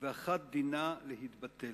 ואחת דינה, להתבטל.